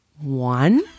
one